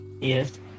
Yes